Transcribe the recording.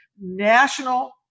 national